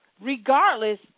regardless